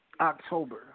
October